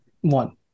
one